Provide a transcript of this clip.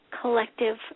collective